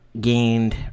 gained